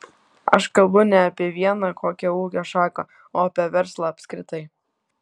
aš kalbu ne apie vieną kokią ūkio šaką o apie verslą apskritai